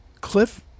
Cliff